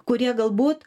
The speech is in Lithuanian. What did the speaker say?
kurie galbūt